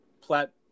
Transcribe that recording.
plat